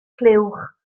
clywch